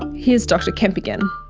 here's dr kemp again.